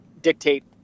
dictate